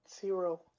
zero